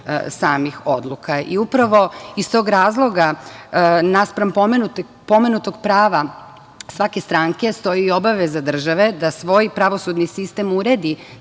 samih odluka. Upravo, iz tog razloga, naspram pomenutog prava svake stranke stoji i obaveza države da svoj pravosudni sistem uredi